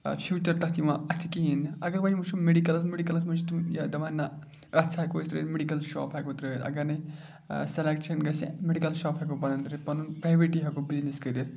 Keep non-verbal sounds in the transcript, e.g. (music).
future تَتھ یِوان اَتھِ کِہیٖنۍ نہٕ اَگر وۄنۍ وٕچھُو میڈِکَلَس میڈِکَلَس منٛز چھِ تِم یا دَپان نہ اَتھ سا ہٮ۪کو أسۍ ترٛٲیِتھ میٚڈِکَل شاپ ہٮ۪کو ترٛٲوِتھ اَگر نَے سِلٮ۪کشَن گژھِ میڈِکَل شاپ ہٮ۪کو پَنُن (unintelligible) پَنُن پرٛیویٹٕے ہٮ۪کو بِزنِس کٔرِتھ